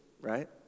right